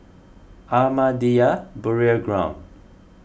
Ahmadiyya Burial Ground